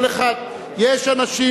יש אנשים,